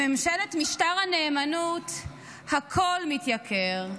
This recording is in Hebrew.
בממשלת משטר הנאמנות הכול מתייקר,